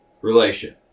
relation